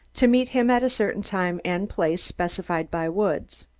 to meet him at a certain time and place specified by woods.